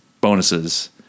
bonuses